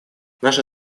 наша